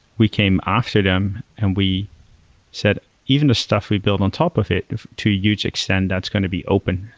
we came after them and we said, even the stuff we built on top of it to a huge extent, that's going to be open.